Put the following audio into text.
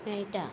मेळटा